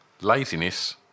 Laziness